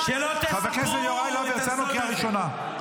חבר הכנסת יוראי להב הרצנו, קריאה ראשונה.